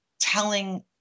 telling